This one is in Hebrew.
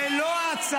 זו לא ההצעה.